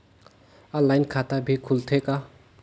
Online खाता भी खुलथे का?